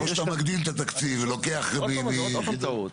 או שאתה מגדיל את התקציב ולוקח --- עוד פעם טעות.